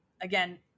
Again